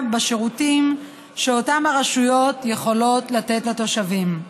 בשירותים שאותם רשויות יכולות לתת לתושבים.